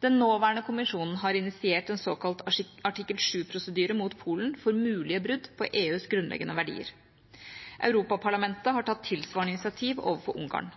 Den nåværende kommisjonen har initiert en såkalt artikkel 7-prosedyre mot Polen for mulige brudd på EUs grunnleggende verdier. Europaparlamentet har tatt tilsvarende initiativ overfor Ungarn.